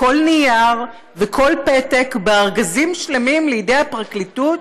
וכל נייר, וכל פתק, בארגזים שלמים לידי הפרקליטות